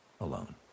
alone